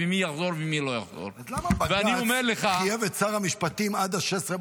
מי יחזור ומי לא יחזור -- למה בג"ץ חייב את שר המשפטים עד 16?